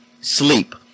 sleep